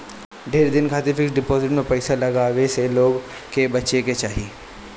ढेर दिन खातिर फिक्स डिपाजिट में पईसा लगावे से लोग के बचे के चाही